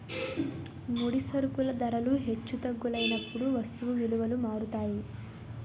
ముడి సరుకుల ధరలు హెచ్చు తగ్గులైనప్పుడు వస్తువు విలువలు మారుతాయి